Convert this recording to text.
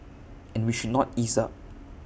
and we should not ease up